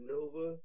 Nova